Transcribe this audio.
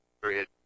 period